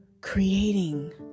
creating